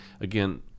Again